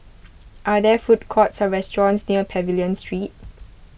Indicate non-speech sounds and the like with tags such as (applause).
(noise) are there food courts or restaurants near Pavilion Street (noise)